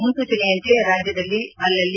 ಮುನ್ಲೂಚನೆಯಂತೆ ರಾಜ್ಯದಲ್ಲಿ ಅಲ್ಲಲ್ಲಿ